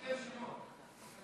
יש להם שמות.